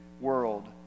world